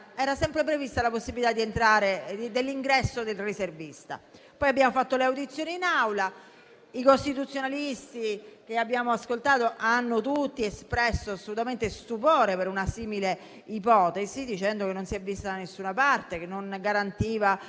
era sempre prevista la possibilità dell'ingresso del riservista. Poi abbiamo fatto le audizioni e i costituzionalisti che abbiamo ascoltato hanno tutti espresso stupore per una simile ipotesi, dicendo che non si è vista da nessuna parte, che non garantiva